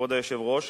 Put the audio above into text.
כבוד היושב-ראש,